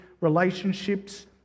relationships